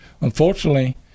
unfortunately